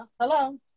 hello